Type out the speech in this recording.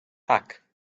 tak